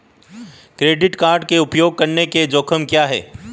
Credit card का उपयोग करने के जोखिम क्या हैं?